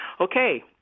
okay